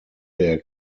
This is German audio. der